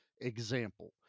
example